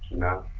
no,